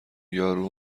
یارو